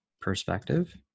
perspective